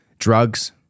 Drugs